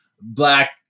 black